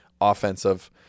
offensive